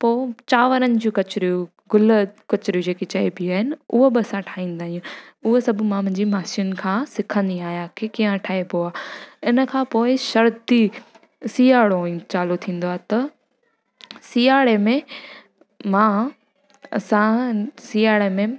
पोइ चांवरनि जूं कचरियूं गुलु कचरियूं जेकी चइबी आहिनि उहो बि असां ठाहींदा आहियूं उहा सभु मां मुंहिंजी मासियुनि खां सिखंदी आहियां की कीअं ठाइबो आहे इन खां पोइ सर्दी सिआरो चालू थींदो आहे त सिआरे में मां असां सिआरे में